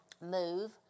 move